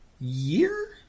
year